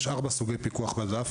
יש ארבעה סוגי פיקוח בדף.